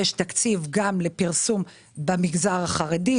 יש תקציב גם לפרסום במגזר החרדי,